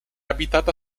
abitata